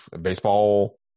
baseball